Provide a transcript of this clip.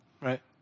Right